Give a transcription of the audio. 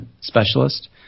specialist